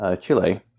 Chile